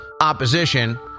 opposition